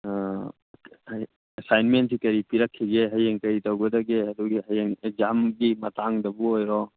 ꯑꯦꯁꯥꯏꯟꯃꯦꯟꯁꯤ ꯀꯔꯤ ꯄꯤꯔꯛꯈꯤꯒꯦ ꯍꯌꯦꯡ ꯀꯔꯤ ꯇꯧꯒꯗꯒꯦ ꯑꯗꯨꯒꯤ ꯍꯌꯦꯡ ꯑꯦꯒꯖꯥꯝꯒꯤ ꯃꯇꯥꯡꯗꯕꯨ ꯑꯣꯏꯔꯣ